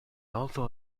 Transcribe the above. also